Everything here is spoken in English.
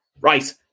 Right